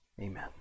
Amen